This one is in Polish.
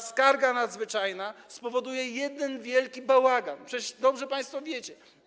Skarga nadzwyczajna spowoduje jeden wielki bałagan, przecież dobrze państwo to wiecie.